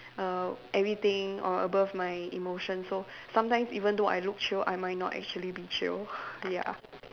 err everything or above my emotion so sometimes even though I look chill I might not actually be chill ya